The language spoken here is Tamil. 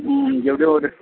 ம் எப்படியும் ஒரு